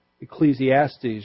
Ecclesiastes